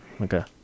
Okay